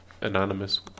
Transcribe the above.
anonymous